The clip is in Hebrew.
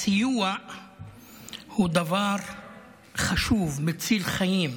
הסיוע הוא דבר חשוב, מציל חיים.